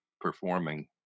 performing